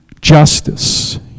justice